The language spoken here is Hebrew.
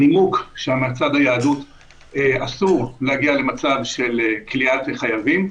ביהדות אסור להגיע למצב של כליאת חייבים.